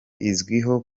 izwiho